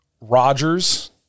Rodgers